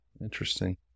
Interesting